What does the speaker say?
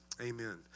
amen